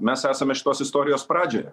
mes esame šitos istorijos pradžioje